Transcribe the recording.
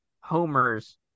homers